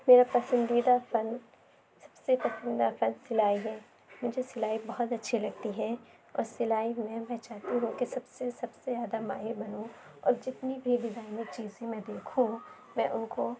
میرا پسندیدہ فن سب سے پسندیدہ فن سلائی ہے مجھے سلائی بہت اچھی لگتی ہے اور سلائی میں میں چاہتی ہوں کہ سب سے سب سے زیادہ ماہر میں بنوں اور جتنی بھی ڈیزائنر چیزیں میں دیکھوں میں ان کو